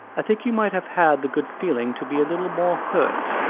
i think you might have had the good feeling to be a little more hurt.